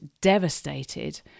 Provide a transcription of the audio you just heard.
devastated